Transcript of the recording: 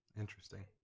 interesting